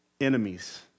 enemies